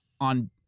on